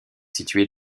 située